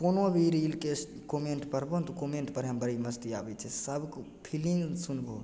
कोनो भी रीलके से कोमेन्ट पढ़बै नहि तऽ कमेन्ट पढ़ैमे बड़ी मस्ती आबै छै सभके फीलिन्ग सुनबऽ